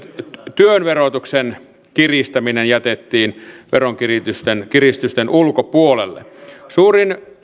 työn verotuksen kiristäminen jätettiin veronkiristysten ulkopuolelle suurin